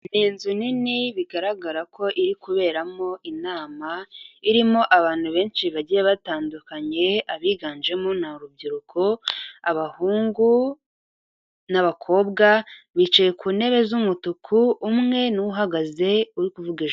Ni n inzu nini bigaragara ko iri kuberamo inama, irimo abantu benshi bagiye batandukanye, abiganjemo ni urubyiruko, abahungu n'abakobwa, bicaye ku ntebe z'umutuku, umwe ni we uhagaze uri kuvuga ijambo.